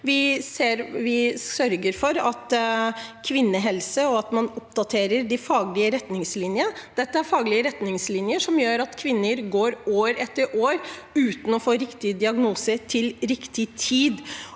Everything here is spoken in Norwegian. sørger vi for at man oppdaterer de faglige retningslinjene. Dette er faglige retningslinjer som gjør at kvinner går år etter år uten å få riktig diagnose til riktig tid.